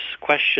question